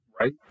Right